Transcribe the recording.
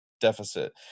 deficit